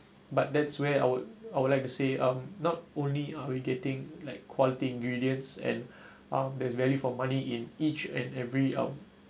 but that's where I would I would like to say um not only are we getting like quality ingredients and um there's value for money in each and every um